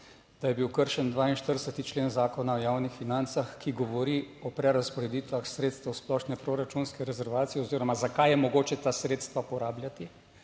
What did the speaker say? da je bil kršen 42. člen Zakona o javnih financah, ki govori o prerazporeditvah sredstev splošne proračunske rezervacije oziroma zakaj je mogoče ta sredstva porabljati